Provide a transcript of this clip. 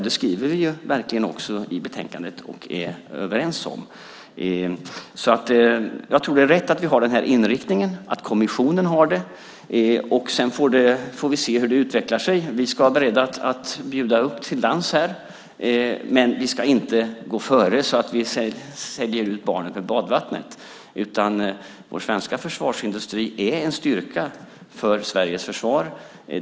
Det skriver vi också i utlåtandet, och det är vi överens om. Jag tror att det är rätt att vi och kommissionen har den här inriktningen. Sedan får vi se hur det utvecklar sig. Vi ska vara beredda att bjuda upp till dans här, men vi ska inte gå före på ett sådant sätt att vi slänger ut barnet med badvattnet. Vår svenska försvarsindustri är en styrka för Sveriges försvar.